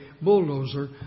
bulldozer